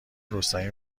رستمی